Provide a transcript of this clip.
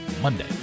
Monday